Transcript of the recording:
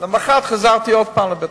למחרת חזרתי לבית-החולים.